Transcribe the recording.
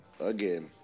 again